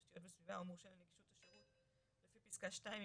תשתיות וסביבה או מורשה לנגישות השירות לפי פסקה (2),